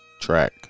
track